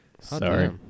sorry